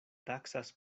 taksas